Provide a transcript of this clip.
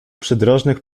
przydrożnych